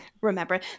Remember